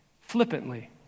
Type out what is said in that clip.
flippantly